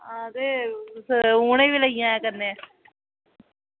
आं ते उनेंगी बी लेई जायो कन्नै